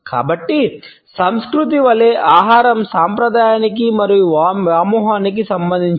కాబట్టి సంస్కృతి వలె ఆహారం సంప్రదాయానికి మరియు వ్యామోహానికి సంబంధించినది